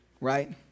right